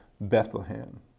Bethlehem